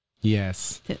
Yes